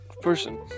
person